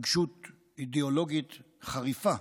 התנגשות אידיאולוגית חריפה,